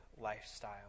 lifestyle